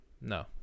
no